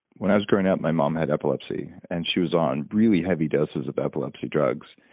when i was growing up, my mom had epilepsy. and she was on really heavy doses of epilepsy drugs.